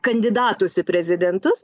kandidatus į prezidentus